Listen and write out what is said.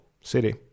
city